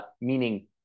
meaning